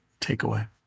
takeaway